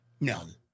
None